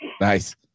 Nice